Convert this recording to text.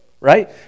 right